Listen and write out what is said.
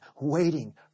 waiting